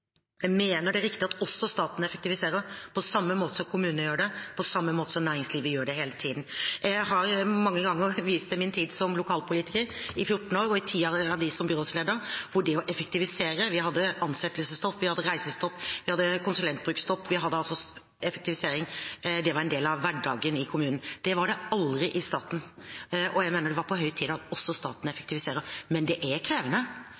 Jeg mener det er riktig at også staten effektiviserer, på samme måte som kommunene gjør det, på samme måte som næringslivet gjør det hele tiden. Jeg har mange ganger vist til min tid som lokalpolitiker i 14 år – og i 10 av dem som byrådsleder – hvor det å effektivisere var viktig: Vi hadde ansettelsesstopp, vi hadde reisestopp, vi hadde konsulentbrukstopp. Effektivisering var altså en del av hverdagen i kommunen. Det var det aldri i staten, og jeg mener det var på høy tid at også staten effektiviserer. Men det er krevende.